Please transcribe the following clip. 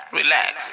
relax